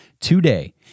today